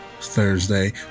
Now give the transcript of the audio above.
Thursday